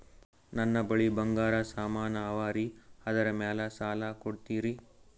ನನ್ನ ಬಳಿ ಬಂಗಾರ ಸಾಮಾನ ಅವರಿ ಅದರ ಮ್ಯಾಲ ಸಾಲ ಕೊಡ್ತೀರಿ?